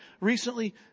recently